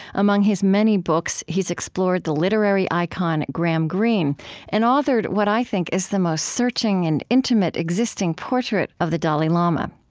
among his many books, he's explored the literary icon graham greene and authored what i think is the most searching and intimate existing portrait of the dalai lama.